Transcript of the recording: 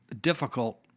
difficult